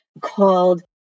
called